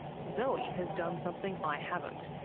zoe has done something i haven't,